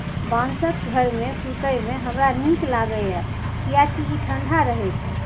बांसक घर मे सुतै मे हमरा नीक लागैए, कियैकि ई ठंढा रहै छै